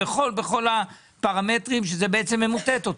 בכל הפרמטרים שזה בעצם ממוטט אותם,